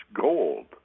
gold